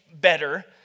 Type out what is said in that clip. better